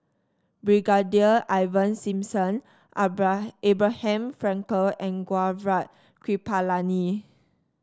Brigadier Ivan Simson Abraham Frankel and Gaurav Kripalani